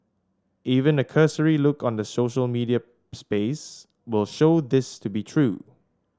even a cursory look on the social media space will show this to be true